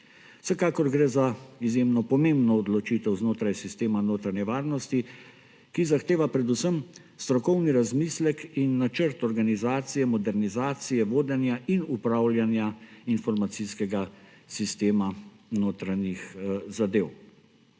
Vsekakor gre za izjemno pomembno odločitev znotraj sistema notranje varnosti, ki zahteva predvsem strokovni razmislek in načrt organizacije, modernizacije vodenja in upravljanja informacijskega sistema notranjih zadev.